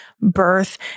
birth